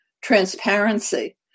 transparency